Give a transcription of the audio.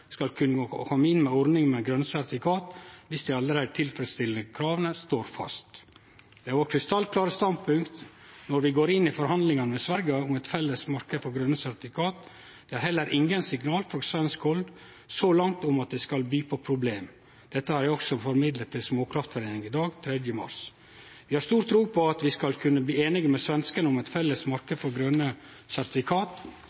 skal kunne komme inn i ordningen med grønne sertifikat hvis de ellers tilfredsstiller kravene, står fast. Det er vårt krystallklare standpunkt når vi går inn i forhandlinger med Sverige om et felles marked for grønne sertifikat. Det er heller ingen signaler fra svensk hold så langt om at det skal by på problemer. Dette har jeg også formidlet til Småkraftforeningen i dag, 3. mars. Vi har stor tro på at vi skal kunne bli enig med svenskene om et felles marked for grønne sertifikat.